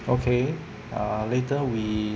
okay uh later we